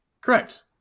correct